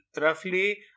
roughly